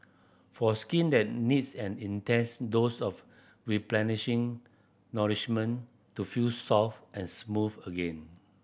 for skin that needs an intense dose of replenishing nourishment to feel soft and smooth again